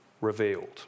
revealed